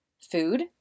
food